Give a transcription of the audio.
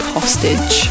Hostage